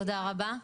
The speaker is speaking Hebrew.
תודה רבה.